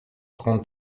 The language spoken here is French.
trente